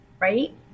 right